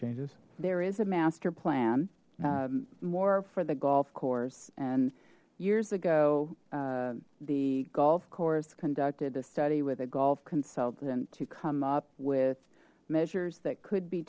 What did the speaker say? changes there is a master plan more for the golf course and years ago the golf course conducted a study with a golf consultant to come up with measures that could be